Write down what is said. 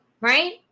right